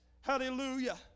Hallelujah